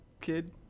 kid